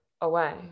away